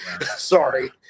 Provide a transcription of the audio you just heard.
Sorry